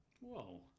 Whoa